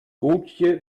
gotje